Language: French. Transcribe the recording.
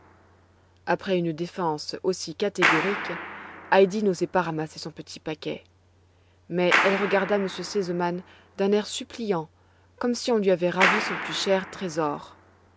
après une défense aussi catégorique heidi n'osait pas ramasser son petit paquet mais elle regarda m r sesemann d'un air suppliant comme si on lui avait ravi son plus cher trésor